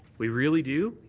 we really do?